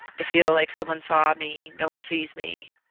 it feel like someone saw me. no one sees me.